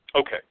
Okay